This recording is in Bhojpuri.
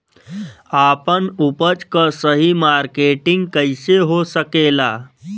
आपन उपज क सही मार्केटिंग कइसे हो सकेला?